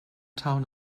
town